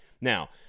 Now